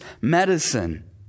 medicine